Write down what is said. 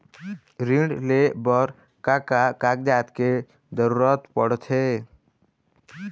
ऋण ले बर का का कागजात के जरूरत पड़थे?